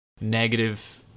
negative